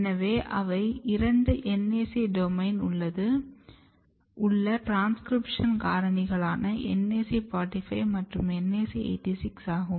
எனவே அவை இரண்டும் NAC டொமைன் உள்ள ட்ரான்ஸ்க்ரிப்ஷன் காரணிகளான NAC 45 மற்றும் NAC 86 ஆகும்